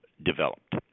developed